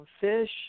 fish